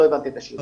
לא הבנתי את השאלה.